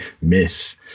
myth